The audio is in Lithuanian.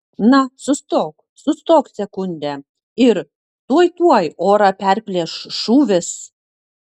na sustok sustok sekundę ir tuoj tuoj orą perplėš šūvis